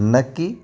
न कि